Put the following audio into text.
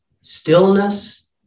stillness